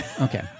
okay